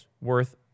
worth